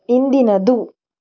ಇಂದಿನದು